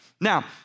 Now